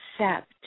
accept